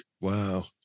wow